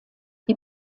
die